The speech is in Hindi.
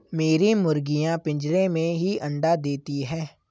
मेरी मुर्गियां पिंजरे में ही अंडा देती हैं